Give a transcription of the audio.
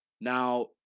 Now